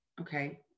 okay